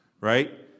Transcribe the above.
right